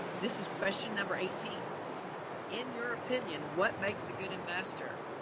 this is question number eighteen in your opinion, what makes a good investor,